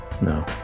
No